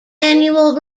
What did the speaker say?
annual